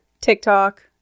TikTok